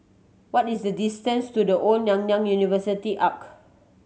what is the distance to The Old Nanyang University Arch